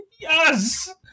Yes